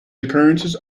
occurrences